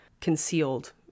concealed